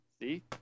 See